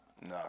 no